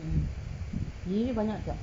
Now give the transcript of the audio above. mm bini dia banyak juga